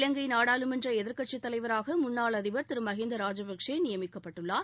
இலங்கை நாடாளுமன்ற எதிர்கட்சித் தலைவராக முன்னாள் அதிபர் மஹிந்த ராஜபக்சே நியமிக்கப்பட்டுள்ளார்